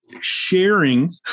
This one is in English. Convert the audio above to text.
Sharing